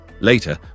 Later